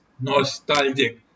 nostalgic